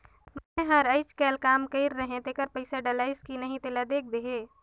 मै हर अईचकायल काम कइर रहें तेकर पइसा डलाईस कि नहीं तेला देख देहे?